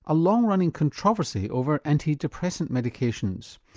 a long running controversy over antidepressant medications.